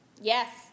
Yes